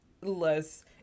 less